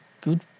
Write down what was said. good